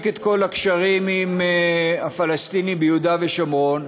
את כל הקשרים עם הפלסטינים ביהודה ושומרון.